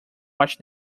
watch